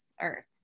earth